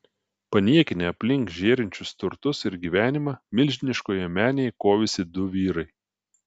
paniekinę aplink žėrinčius turtus ir gyvenimą milžiniškoje menėje kovėsi du vyrai